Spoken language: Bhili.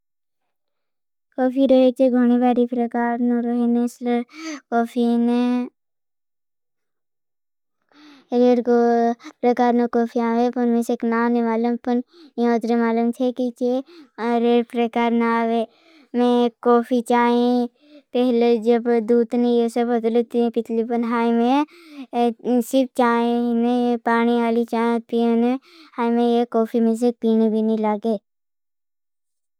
कोफी रोही चे गोनि वरी प्रकार न रोहीने सलड कोफ़ी ने रेर प्रकार न कोफ़ी आवे। पल में से कि ना आंगे बालंग पन या उठरी बालंग छाए। कि चे रेर प्रकार न आवे। मैं कोफी चाई पहले जब दूट नहीं ये सब होती हैं। पितली पन हाई मैं सिर्फ चाई नहीं। पाणी आली चाई पीन नहीं हाई। मैं ये कोफी में से पीने भी नहीं लागे।